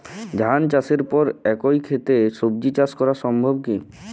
ধান চাষের পর একই ক্ষেতে সবজি চাষ করা সম্ভব কি?